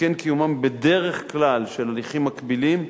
וכן קיומם בדרך כלל של הליכים מקבילים,